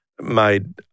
made